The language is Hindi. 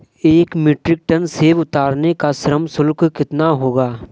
एक मीट्रिक टन सेव उतारने का श्रम शुल्क कितना होगा?